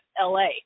LA